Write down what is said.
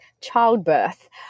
childbirth